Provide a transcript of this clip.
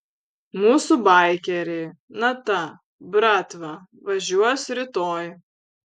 mūsų baikeriai na ta bratva važiuos rytoj